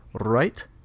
right